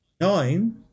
Nine